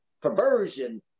perversion